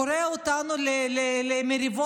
קורע אותנו למריבות,